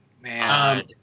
man